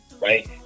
right